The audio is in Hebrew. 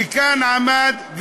שעמד כאן,